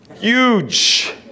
huge